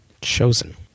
chosen